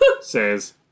says